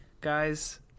guys